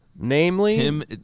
Namely